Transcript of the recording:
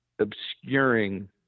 obscuring